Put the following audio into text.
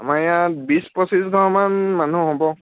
আমাৰ ইয়াত বিছ পঁচিছ ঘৰমান মানুহ হ'ব